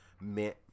meant